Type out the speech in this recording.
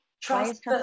Trust